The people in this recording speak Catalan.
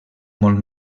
molt